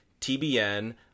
TBN